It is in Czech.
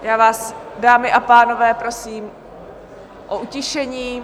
Já vás, dámy a pánové, prosím o utišení.